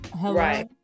Right